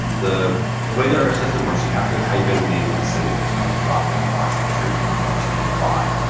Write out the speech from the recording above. and the the way that our system works, you have to type in the name of the city. there's not a dropdown box. i'm sure you can all understand why.